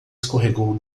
escorregou